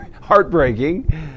heartbreaking